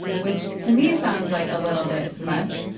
which, to me, sounds like a little bit much.